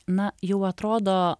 na jau atrodo